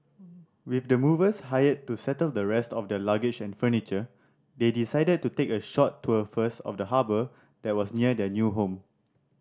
with the movers hired to settle the rest of their luggage and furniture they decided to take a short tour first of the harbour that was near their new home